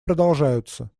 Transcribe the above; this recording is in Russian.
продолжаются